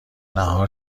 نهار